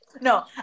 No